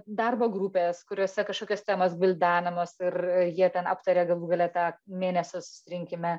darbo grupės kuriose kažkokios temos gvildenamos ir jie ten aptaria galų gale tą mėnesio susirinkime